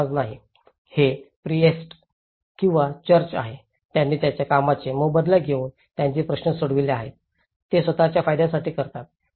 हे प्रीएस्ट किंवा चर्च आहेत ज्यांनी त्यांच्या कामाचे मोबदला घेऊन त्यांचे प्रश्न सोडविले आहेत ते स्वतःच्या फायद्यासाठी करतात